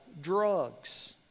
drugs